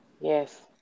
yes